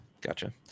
Gotcha